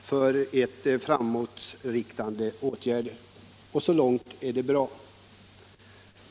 för framtidsinriktade studier. Så långt är det bra.